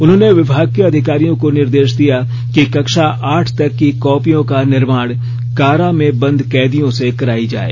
उन्होंने विभाग के अधिकारियों को निर्देश दिया कि कक्षा आठ तक की कॉपियों का निर्माण कारा में बंद कैदियों से कराई जाए